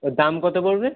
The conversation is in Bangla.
তা দাম কতো পড়বে